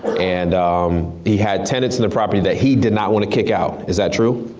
and he had tenants in the property that he did not want to kick out, is that true?